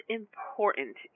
important